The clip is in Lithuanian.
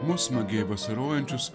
mus smagiai vasarojančius